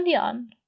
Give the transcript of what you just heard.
On